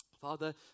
Father